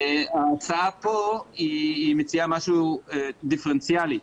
ההצעה פה מציעה משהו דיפרנציאלי,